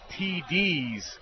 TDs